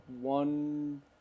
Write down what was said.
one